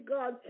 God